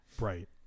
right